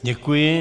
Děkuji.